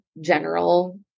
general